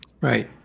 Right